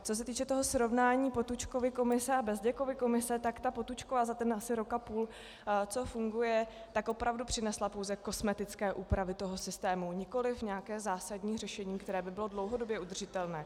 Co se týče toho srovnání Potůčkovy komise a Bezděkovy komise, tak ta Potůčkova za ten asi rok a půl, co funguje, tak opravdu přinesla pouze kosmetické úpravy toho systému, nikoliv nějaké zásadní řešení, které by bylo dlouhodobě udržitelné.